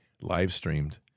live-streamed